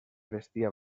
vestia